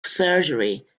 surgery